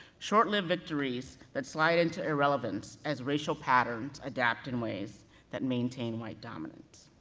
short lived victories that slide into irrelevance as racial patterns adapt in ways that maintain white dominance.